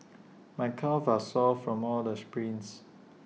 my calves are sore from all the sprints